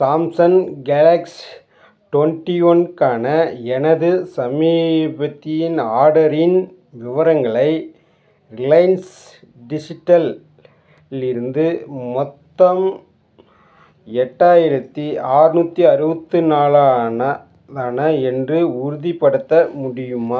Samsung Galaxy twenty ஒன்க்கான எனது சமீபத்தியன் ஆர்டரின் விவரங்களை ரிலையன்ஸ் டிஜிட்டல் இலிருந்து மொத்தம் எட்டாயிரத்தி ஆற்நூற்றி அறுபத்து நாலான தான என்று உறுதிப்படுத்த முடியுமா